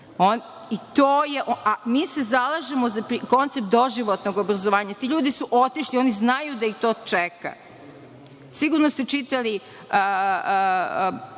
mi se zalažemo za koncept doživotnog obrazovanja. Ti ljudi su otišli, oni znaju da ih to čeka. Sigurno ste čitali